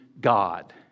God